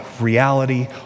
reality